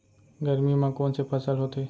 गरमी मा कोन से फसल होथे?